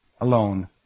alone